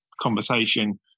conversation